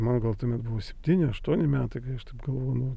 man gal tuomet buvo septyni aštuoni metai kai aš taip galvojau nu